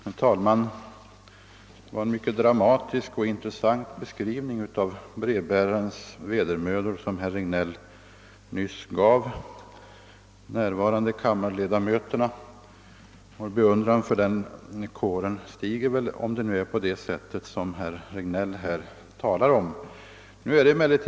Herr talman! Det var en mycket dramatisk och intressant beskrivning av brevbärarens vedermödor som herr Regnéll nyss gav.